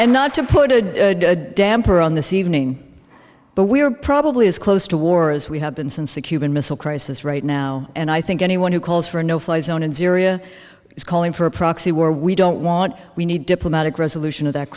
and not to put a damper on this evening but we are probably as close to war as we have been since the cuban missile crisis right now and i think anyone who calls for a no fly zone in syria is calling for a proxy war we don't want we need diplomatic resolution of that